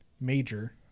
major